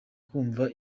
kumva